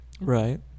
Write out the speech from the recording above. Right